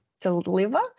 deliver